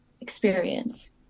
experience